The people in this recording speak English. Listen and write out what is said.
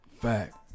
Fact